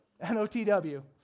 N-O-T-W